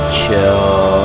chill